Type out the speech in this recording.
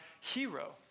hero